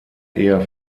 eher